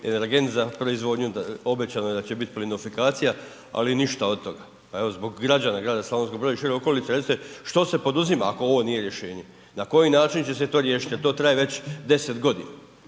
energent za proizvodnju, obećano je da će biti plinofikacija, ali ništa od toga. Pa evo zbog građana grada Slavonskog Broda i šire okolice recite što se poduzima ako ovo nije rješenje, na koji način će se to riješiti jer to traje već 10.g.?